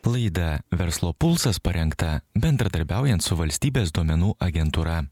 laida verslo pulsas parengta bendradarbiaujant su valstybės duomenų agentūra